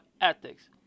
ethics